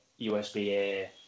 USB-A